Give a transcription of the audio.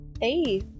Hey